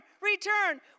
return